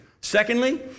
Secondly